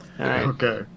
Okay